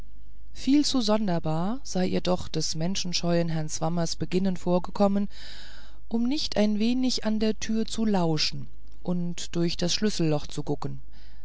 viel zu sonderbar sei ihr doch des menschenscheuen herrn swammers beginnen vorgekommen um nicht ein wenig an der türe zu lauschen und durch das schlüsselloch zu gucken